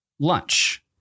lunch